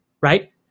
right